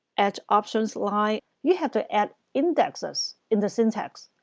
at options line, you have to add indexes in the syntax,